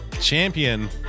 champion